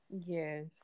Yes